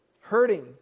hurting